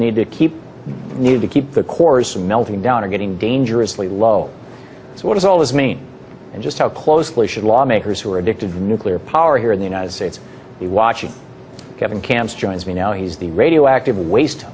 need to keep needed to keep the course of melting down or getting dangerously low so what does all this mean and just how closely should lawmakers who are addicted to nuclear power here in the united states be watching kevin camps joins me now he's the radioactive waste